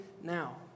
now